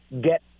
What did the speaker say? get